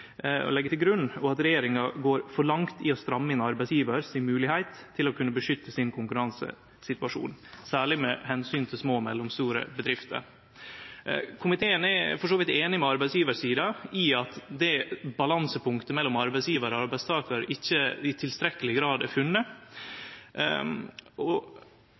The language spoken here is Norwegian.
og legg til grunn, og at regjeringa går for langt i å stramme inn arbeidsgjevar si moglegheit til å kunne beskytte sin konkurransesituasjon, særleg med omsyn til små og mellomstore bedrifter. Komiteen er for så vidt einig med arbeidsgjevarsida i at det balansepunktet mellom arbeidsgjevar og arbeidstakar ikkje i tilstrekkeleg grad er funne.